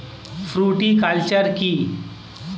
Fruticulture কী?